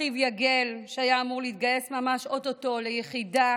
ואחיו יגל, שהיה אמור להתגייס ממש או-טו-טו ליחידה